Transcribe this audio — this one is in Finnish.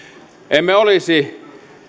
emme olisi